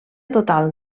total